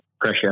pressure